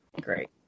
great